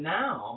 now